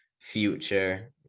Future